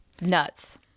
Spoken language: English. Nuts